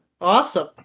Awesome